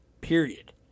period